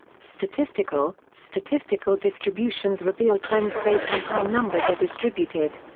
statistical statistical distributions reveal trends based on how numbers are distributed.